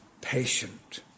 Patient